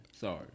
sorry